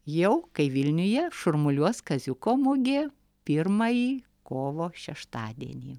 jau kai vilniuje šurmuliuos kaziuko mugė pirmąjį kovo šeštadienį